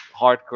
hardcore